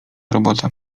robota